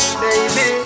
baby